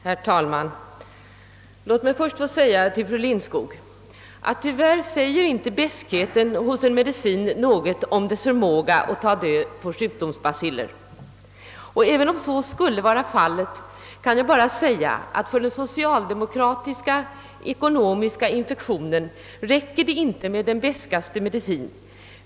Herr talman! Låt mig först få säga till fru Lindskog, att beskheten hos en medicin tyvärr inte säger något om dess förmåga att ta död på sjukdomsbaciller, och även om så skulle vara fallet, kan jag bara säga att för den socialdemokratiska ekonomiska infektionen räcker det inte med den beskaste medicin.